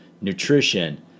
nutrition